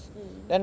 mm